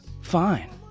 Fine